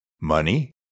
money